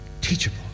Teachable